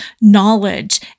knowledge